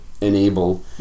enable